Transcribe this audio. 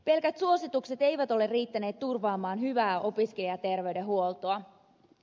pelkät suositukset eivät ole riittäneet turvaamaan hyvää opiskelijaterveydenhuoltoa